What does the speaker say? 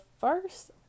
first